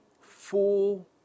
full